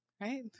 Right